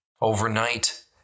Overnight